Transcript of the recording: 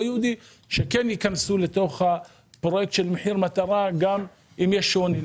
יהודי שכן ייכנסו לתוך הפרויקט של מחיר מטרה גם אם יש שוני.